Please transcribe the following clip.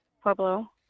Pueblo